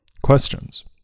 Questions